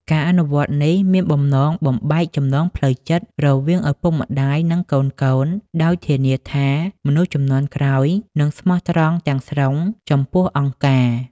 ការអនុវត្តនេះមានបំណងបំបែកចំណងផ្លូវចិត្តរវាងឪពុកម្តាយនិងកូនៗ ដោយធានាថាមនុស្សជំនាន់ក្រោយនឹងស្មោះត្រង់ទាំងស្រុងចំពោះអង្គការ។